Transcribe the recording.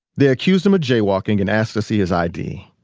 they accused him of jaywalking and asked to see his id.